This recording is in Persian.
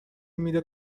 میده